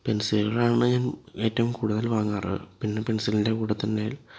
പെന്സിലുകളാണ് ഞാന് ഏറ്റവും കൂടുതല് വാങ്ങാറ് പിന്നെ പെന്സിലിന്റെ കൂടെ തന്നെ